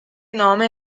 nome